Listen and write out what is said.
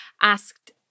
asked